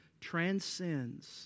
transcends